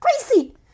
crazy